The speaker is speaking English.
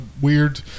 weird